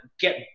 get